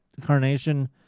Carnation